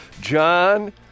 John